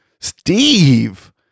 Steve